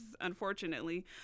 unfortunately